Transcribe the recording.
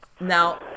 Now